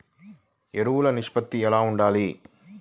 ఎరువులు నిష్పత్తి ఎలా ఉండాలి?